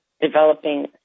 Developing